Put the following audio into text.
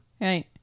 right